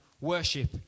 worship